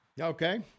Okay